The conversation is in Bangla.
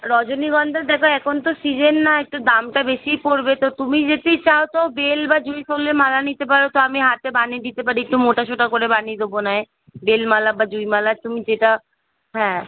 রজনীগন্ধা দেবে একন তো সিজেন নয় একটু দামটা বেশিই পড়বে তো তুমি যদি চাও তো বেল বা জুঁই ফুলের মালা নিতে পারো তো আমি হাতে বানিয়ে দিতে পারি একটু মোটাসোটা করে বানিয়ে দেবো নাঅয় বেল মালা বা জুঁই মালা তুমি যেটা হ্যাঁ